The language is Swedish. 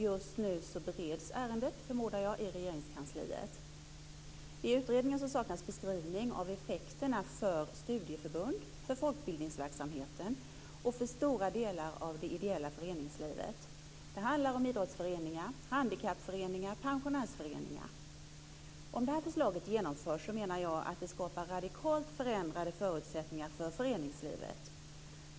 Just nu förmodar jag att ärendet bereds i Regeringskansliet. I utredningen saknas en beskrivning av effekterna för studieförbunden, folkbildningsverksamheten och stora delar av det ideella föreningslivet. Det handlar om idrottsföreningar, handikappföreningar och pensionärsföreningar. Jag menar att det skapar radikalt förändrade förutsättningar för föreningslivet om det här förslaget genomförs.